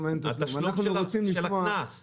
התשלום של הקנס.